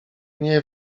nie